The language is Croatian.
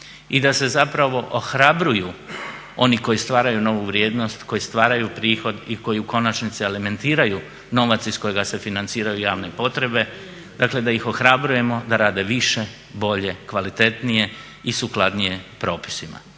i da se zapravo ohrabruju oni koji stvaraju novu vrijednost, koji stvaraju prihod i koji u konačnici alimentiraju novac iz kojega se financiraju javne potrebe, dakle da ih ohrabrujemo da rade više, bolje, kvalitetnije i sukladnije propisima.